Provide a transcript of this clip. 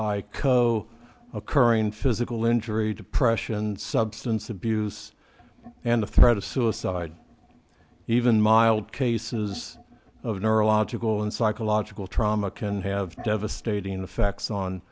co occurring physical injury depression substance abuse and the threat of suicide even mild cases of neurological and psychological trauma can have devastating effects on